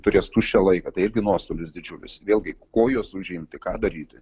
turės tuščią laiką tai irgi nuostolis didžiulis vėlgi kuo juos užimti ką daryti